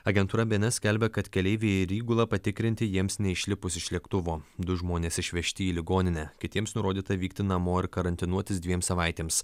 agentūra bns skelbia kad keleiviai ir įgula patikrinti jiems neišlipus iš lėktuvo du žmonės išvežti į ligoninę kitiems nurodyta vykti namo ir karantinuotis dviem savaitėms